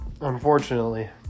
unfortunately